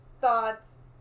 thoughts